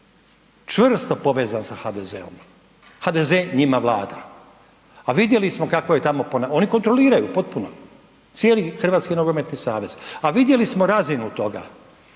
čvrsto povezan sa HDZ-om, HDZ njima vlada, a vidjeli smo kakvo je tamo ponašanje, oni kontroliraju potpuno cijeli HNS, a vidjeli smo razinu toga,